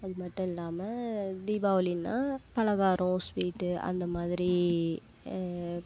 அது மட்டும் இல்லாமல் தீபாவளின்னால் பலகாரம் ஸ்வீட்டு அந்த மாதிரி